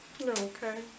Okay